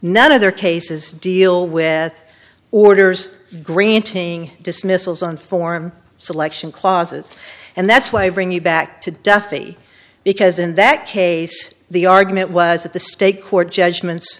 none of their cases deal with orders granting dismissals on form selection clauses and that's why i bring you back to duffy because in that case the argument was that the state court judgements